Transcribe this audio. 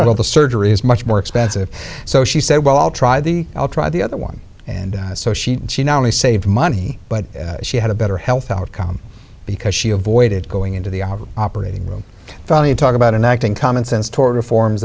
all the surgery is much more expensive so she said well i'll try the i'll try the other one and so she she not only saved money but she had a better health outcome because she avoided going into the operating room funny talk about an acting common sense tort reforms